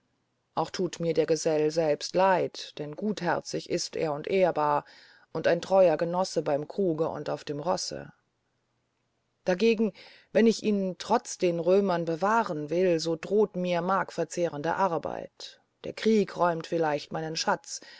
auch tut mir der gesell selbst leid denn gutherzig ist er und ehrbar und ein treuer genosse beim kruge und auf dem rosse dagegen wenn ich ihn trotz den römern bewahren will so droht mir markverzehrende arbeit der krieg räumt vielleicht meinen schatz